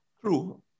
True